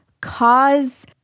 cause